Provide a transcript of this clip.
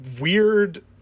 weird